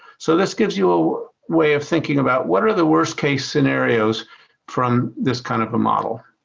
so this gives you a way of thinking about what are the worst case scenarios from this kind of a model.